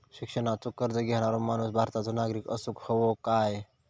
शिक्षणाचो कर्ज घेणारो माणूस भारताचो नागरिक असूक हवो काय?